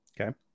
Okay